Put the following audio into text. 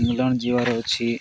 England ଯିବାର ଅଛି